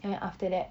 then after that